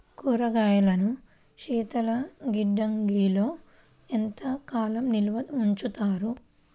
కూరగాయలను శీతలగిడ్డంగిలో ఎంత కాలం నిల్వ ఉంచుతారు?